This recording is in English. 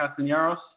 Castaneros